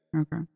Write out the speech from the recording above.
Okay